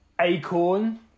Acorn